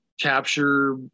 capture